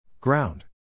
Ground